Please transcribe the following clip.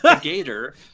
Gator